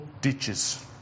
ditches